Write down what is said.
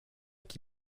qui